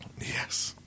Yes